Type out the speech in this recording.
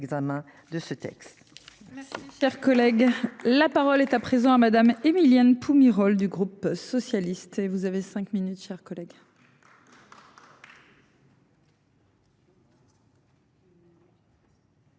texte. Cher collègue, la parole est à présent à Madame Émilienne. Pumerole du groupe socialiste et vous avez 5 minutes, chers collègues.